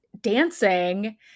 dancing